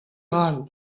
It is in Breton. all